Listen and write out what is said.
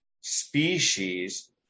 species